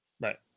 Right